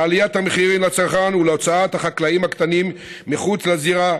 לעליית המחירים לצרכן ולהוצאת החקלאים הקטנים מחוץ לזירה,